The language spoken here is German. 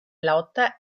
lauter